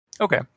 Okay